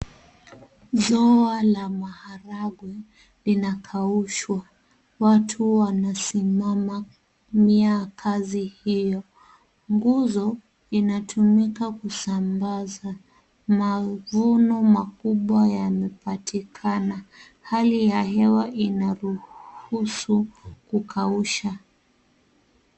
Zoa la maharagwe linakaushwa ,watu wanasimamia kazi hiyo ,nguzo inatumika kusambaza. Mavuno makubwa yamepatikana, hali ya hewa inaruhusu kukausha .